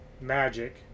Magic